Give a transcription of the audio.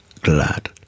glad